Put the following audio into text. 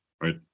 right